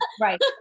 Right